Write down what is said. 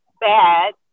bad